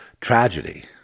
tragedy